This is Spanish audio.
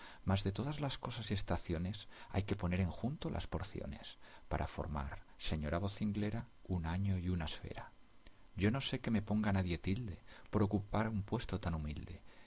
mas de todas las cosas y estaciones hay que poner en junto las porciones para formar señora vocinglera un año y una esfera yo no sé que me ponga nadie tilde por ocupar un puesto tan humilde